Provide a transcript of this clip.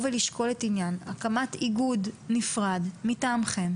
ולשקול את העניין הקמת איגוד נפרד מטעמכם,